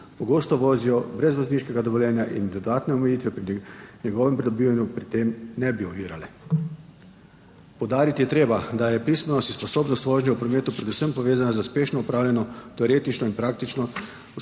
pogosto vozijo brez vozniškega dovoljenja in dodatne omejitve pri njegovem pridobivanju pri tem ne bi ovirale. Poudariti je treba, da je pismenost in sposobnost vožnje v prometu predvsem povezana z uspešno opravljenim teoretičnim in praktičnim usposabljanjem